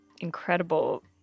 incredible